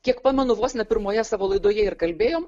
kiek pamenu vos ne pirmoje savo laidoje ir kalbėjom